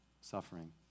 suffering